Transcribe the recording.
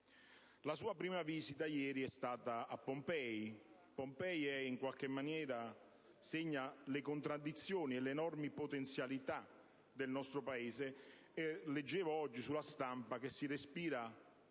La sua prima visita ieri è stata a Pompei, luogo che, in qualche maniera, segna le contraddizioni e le enormi potenzialità del nostro Paese. Leggevo oggi sulla stampa che si respira